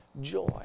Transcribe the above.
joy